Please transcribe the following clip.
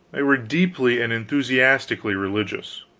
they were deeply and enthusiastically religious.